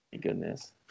goodness